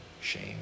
shame